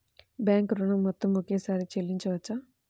Bank ఋణం మొత్తము ఒకేసారి చెల్లించవచ్చా?